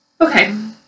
okay